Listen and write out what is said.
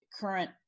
current